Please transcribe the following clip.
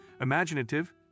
Imaginative